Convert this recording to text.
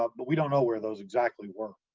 ah but we don't know where those exactly were.